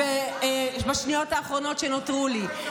בשניות האחרונות שנותרו לי,